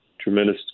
tremendous